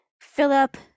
Philip